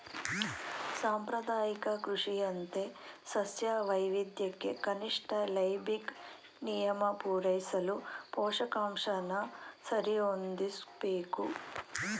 ಸಾಂಪ್ರದಾಯಿಕ ಕೃಷಿಯಂತೆ ಸಸ್ಯ ವೈವಿಧ್ಯಕ್ಕೆ ಕನಿಷ್ಠ ಲೈಬಿಗ್ ನಿಯಮ ಪೂರೈಸಲು ಪೋಷಕಾಂಶನ ಸರಿಹೊಂದಿಸ್ಬೇಕು